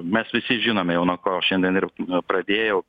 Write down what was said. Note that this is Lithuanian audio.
mes visi žinome jau nuo ko šiandien ir pradėjau